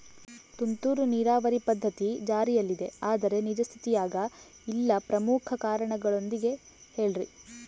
ತುಂತುರು ನೇರಾವರಿ ಪದ್ಧತಿ ಜಾರಿಯಲ್ಲಿದೆ ಆದರೆ ನಿಜ ಸ್ಥಿತಿಯಾಗ ಇಲ್ಲ ಪ್ರಮುಖ ಕಾರಣದೊಂದಿಗೆ ಹೇಳ್ರಿ?